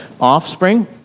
offspring